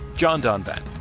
john donvan,